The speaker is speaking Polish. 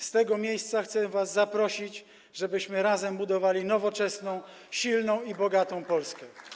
Z tego miejsca chcę was zaprosić, żebyśmy razem budowali nowoczesną, silną i bogatą Polskę.